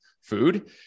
food